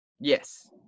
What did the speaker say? Yes